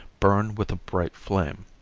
burn with a bright flame.